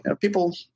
People